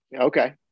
okay